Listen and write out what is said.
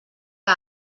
que